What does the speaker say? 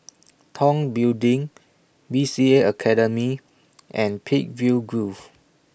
Tong Building B C A Academy and Peakville Grove